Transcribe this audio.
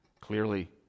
clearly